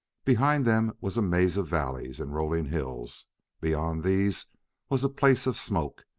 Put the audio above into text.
behind them was a maze of valleys and rolling hills beyond these was a place of smoke,